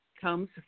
comes